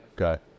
Okay